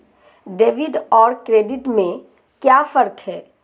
Debit और credit में क्या फर्क है?